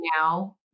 now